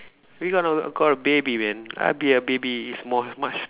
we gotta call a baby man I'd be a baby it's more much